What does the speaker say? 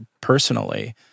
personally